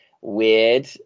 weird